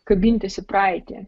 kabintis į praeitį